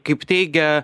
kaip teigia